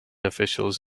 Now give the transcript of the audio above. officials